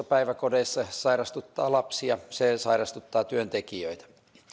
päiväkodeissa se sairastuttaa lapsia se sairastuttaa työntekijöitä